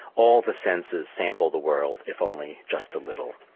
all the senses sample the world, if only just a little